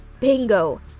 Bingo